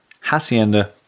Hacienda